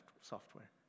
software